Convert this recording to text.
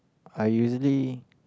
I usually